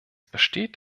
besteht